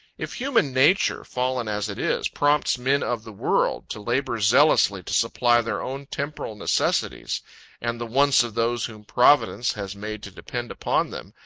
if human nature, fallen as it is, prompts men of the world to labor zealously to supply their own temporal necessities and the wants of those whom providence has made to depend upon them,